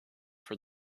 for